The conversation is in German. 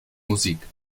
musik